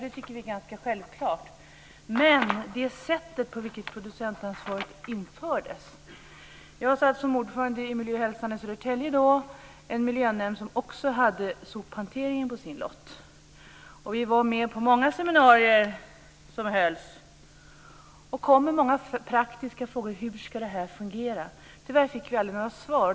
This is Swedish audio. Det tycker vi är ganska självklart, men vi är kritiska till det sätt på vilket producentansvaret infördes. Jag satt då som ordförande i Miljöhälsan i Södertälje, en miljönämnd som också hade sophanteringen på sin lott. Vi var med på många seminarier som hölls och kom med många praktiska frågor. Hur ska det fungera? Tyvärr fick vi aldrig några svar.